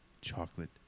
chocolate